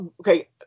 Okay